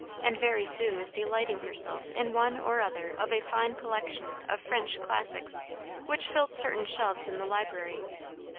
and very soon was delighting herself in one or other of a fine collection of french classics which filled certain shelves in the library.